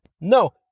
No